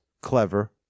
clever